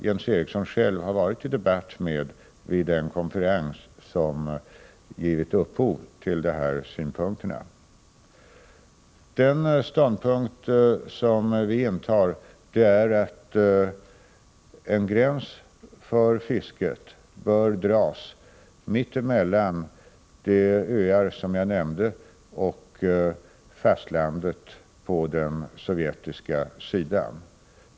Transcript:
Jens Eriksson har själv haft en debatt med denne expert vid den konferens där de här synpunkterna kommit till uttryck. Vår ståndpunkt är att en gräns för fisket bör dras mitt emellan de öar som jag nämnt och fastlandet på den sovjetiska sidan.